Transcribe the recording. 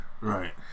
Right